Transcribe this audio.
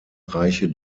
reiche